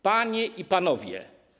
Panie i Panowie!